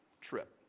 trip